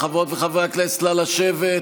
חברות וחברי הכנסת, נא לשבת.